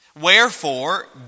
Wherefore